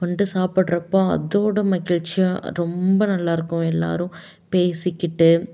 வந்துட்டு சாப்பிட்றப்போ அதோடய மகிழ்ச்சியாக ரொம்ப நல்லாயிருக்கும் எல்லாரும் பேசிக்கிட்டு